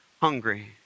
hungry